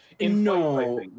No